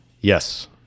yes